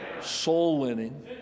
soul-winning